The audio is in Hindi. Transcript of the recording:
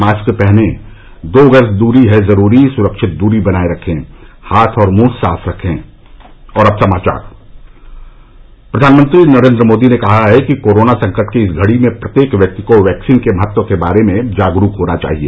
मास्क पहनें दो गज दूरी है जरूरी सुरक्षित दूरी बनाये रखें हाथ और मुंह साफ रखे प्रधानमंत्री नरेन्द्र मोदी ने कहा है कि कोरोना संकट की इस घड़ी में प्रत्येक व्यक्ति को वैक्सीन के महत्व के बारे में जागरूक होना चाहिए